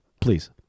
Please